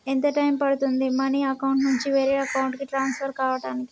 ఎంత టైం పడుతుంది money account నుంచి వేరే అకౌంట్ కి ట్రాన్స్ఫర్ కావటానికి?